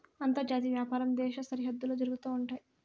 అంతర్జాతీయ వ్యాపారం దేశ సరిహద్దుల్లో జరుగుతా ఉంటయి